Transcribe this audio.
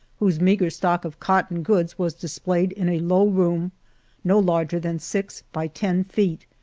whose meagre stock of cotton goods was displayed in a low room no larger than six by ten feet,